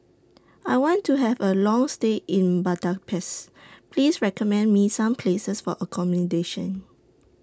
I want to Have A Long stay in Budapest Please recommend Me Some Places For accommodation